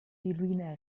violine